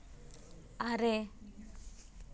ᱟᱨᱮ